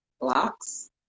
blocks